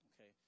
okay